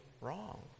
wrong